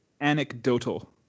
anecdotal